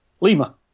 Lima